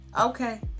Okay